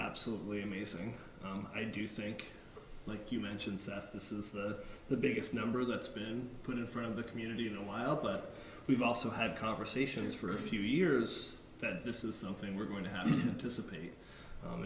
absolutely amazing i do think like you mentioned seth this is the the biggest number that's been put in front of the community in a while but we've also had conversations for a few years that this is something we're going to ha